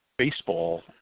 baseball